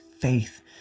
faith